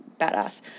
badass